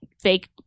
fake